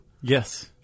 Yes